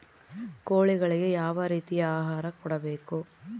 ಕೋಳಿಗಳಿಗೆ ಯಾವ ರೇತಿಯ ಆಹಾರ ಕೊಡಬೇಕು?